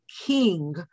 king